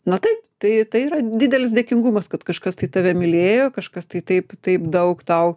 na taip tai tai yra didelis dėkingumas kad kažkas tai tave mylėjo kažkas tai taip taip daug tau